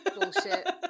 bullshit